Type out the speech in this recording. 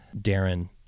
Darren